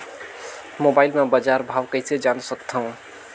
Mobile म बजार भाव कइसे जान सकथव?